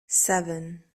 seven